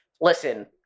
listen